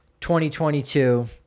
2022